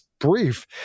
brief